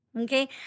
Okay